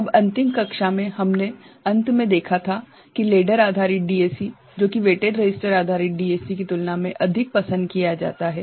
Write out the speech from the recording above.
अब अंतिम कक्षा में हमने अंत में देखा था कि लैडर आधारित डीएसी जो की वेटेड रजिस्टर आधारित डीएसी की तुलना में अधिक पसंद किया जाता है